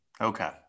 Okay